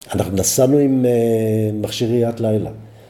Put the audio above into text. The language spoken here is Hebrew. ‫אנחנו נסענו עם מכשיר ראיית לילה.